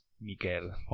Miguel